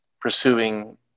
pursuing